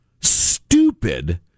stupid